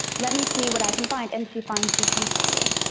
let me see what i can find. and she finds the shoes for you.